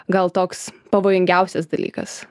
gal toks pavojingiausias dalykas